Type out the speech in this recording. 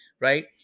right